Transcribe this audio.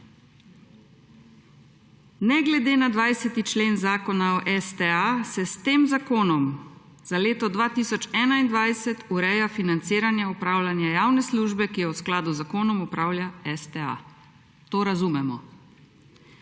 ne glede na 20. člen Zakona o STA se s tem zakonom za leto 2021 ureja financiranje, upravljanje javne službe, ki je v skladu z zakonom opravlja STA to razumemo.